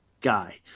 guy